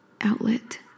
outlet